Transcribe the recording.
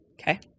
Okay